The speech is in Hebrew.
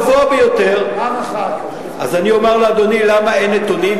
אז אני אומר לאדוני למה אין נתונים,